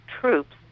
troops